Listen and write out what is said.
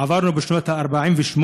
עברנו בשנת 1948,